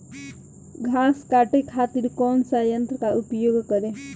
घास काटे खातिर कौन सा यंत्र का उपयोग करें?